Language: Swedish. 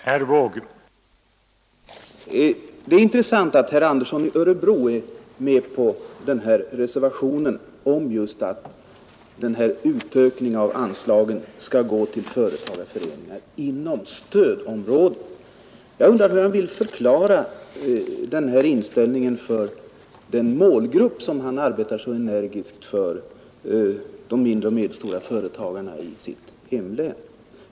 Herr talman! Det är intressant att herr Andersson i Örebro är med på den här reservationen om att utökningen av anslagen skall gå till företagarföreningar inom stödområdet. Jag undrar hur han vill förklara den här inställningen för den målgrupp som han arbetar så energiskt för, de mindre och medelstora företagarna i hans hemlän.